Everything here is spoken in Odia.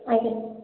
ଆଜ୍ଞା